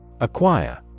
Acquire